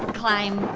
climb,